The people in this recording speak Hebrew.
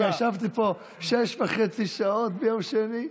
שישבתי פה שש וחצי שעות ביום שני,